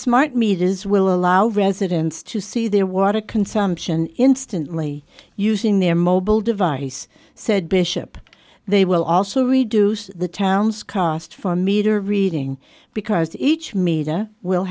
smart meters will allow residents to see their water consumption instantly using their mobile device said bishop they will also reduce the town's cost for meter reading because each meta w